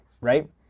right